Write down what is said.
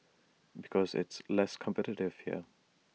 because it's less competitive here